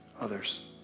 others